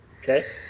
Okay